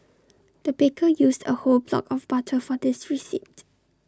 the baker used A whole block of butter for this recipe